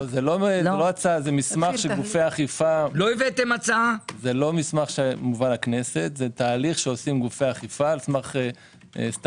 זה לא מסמך שהובא לכנסת אלא תהליך שעושים גופי האכיפה על סמך סטנדרטים